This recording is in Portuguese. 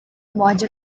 morde